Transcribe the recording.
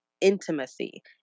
intimacy